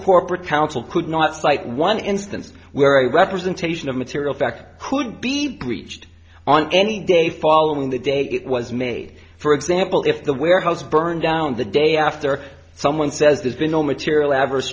corporate counsel could not cite one instance where a representation of material fact could be breached on any day following the day it was made for example if the warehouse burned down the day after someone says there's been no material adver